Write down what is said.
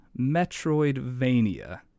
Metroidvania